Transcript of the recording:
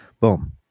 Boom